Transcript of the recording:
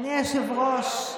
אדוני היושב-ראש,